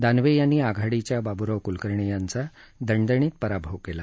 दानवे यांनी आघाडीच्या बाबूराव कुलकर्णी यांचा दणदणीत पराभव केला